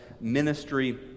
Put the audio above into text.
ministry